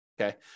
Okay